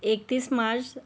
एकतीस मार्च